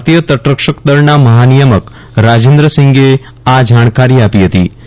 ભારતીય તટરક્ષક દળનાં મફા નિયામક રાજેન્દ્ર સિંઘે આ જાણકારી આપી હતી ફતી